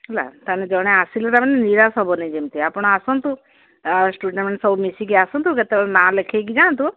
ହେଲା ତାହାଲେ ଜଣେ ଆସିଲେ ତା ମାନେ ନିରାଶ ହେବନି ଯେମିତି ଆପଣ ଆସନ୍ତୁ ଷ୍ଟୁଡେଣ୍ଟମାନେ ସବୁ ମିଶିକି ଆସନ୍ତୁ କେତେବେଳେ ନାଁ ଲେଖେଇକି ଯାଆନ୍ତୁ